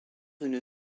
une